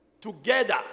Together